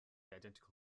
identical